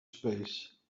space